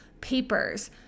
Papers